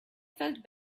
felt